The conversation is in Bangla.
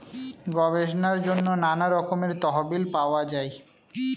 গবেষণার জন্য নানা রকমের তহবিল পাওয়া যায়